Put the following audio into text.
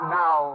now